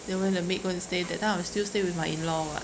then where the maid going to stay that time I'm still stay with my in-law [what]